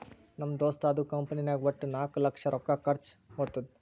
ನಮ್ ದೋಸ್ತದು ಕಂಪನಿನಾಗ್ ವಟ್ಟ ನಾಕ್ ಲಕ್ಷ ರೊಕ್ಕಾ ಖರ್ಚಾ ಹೊತ್ತುದ್